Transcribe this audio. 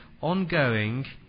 Ongoing